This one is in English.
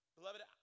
Beloved